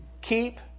keep